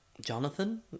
Jonathan